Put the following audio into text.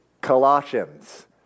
Colossians